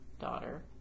daughter